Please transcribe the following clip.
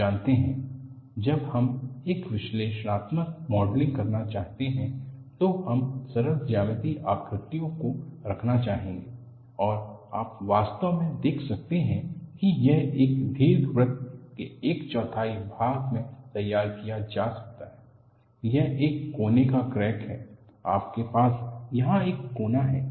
आप जानते हैं जब हम एक विश्लेषणात्मक मॉडलिंग करना चाहते हैं तो हम सरल ज्यामितीय आकृतियों को रखना चाहेंगे और आप वास्तव में देख सकते हैं कि यह एक दीर्घवृत्त के एक चौथाई भाग में तैयार किया जा सकता है यह एक कोने का क्रैक है आपके पास यहाँ एक कोना है